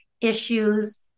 issues